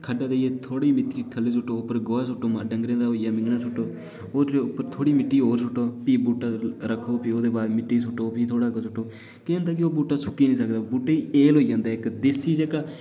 खड्ढा देइयै थोह्ड़ी मि'ट्टी सु'ट्टो थोह्ड़ा गोहा सु'ट्टो डंगरें दा होई गेआ मिंङनां सु'ट्टो ओह्दे उप्पर थोह्ड़ी मि'ट्टी होर सु'ट्टो फ्ही बूह्टा रक्खो ओह्दे बाद मि'ट्टी सु'ट्टो फ्ही थोह्ड़ा गोहा सु'ट्टो इस कन्नै केह् होंदां के बूह्टा सुक्की नेई सकदा बूह्टै हैल होई जंदा देसी जेह्का